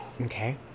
Okay